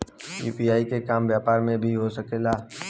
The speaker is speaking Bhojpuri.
यू.पी.आई के काम व्यापार में भी हो सके ला?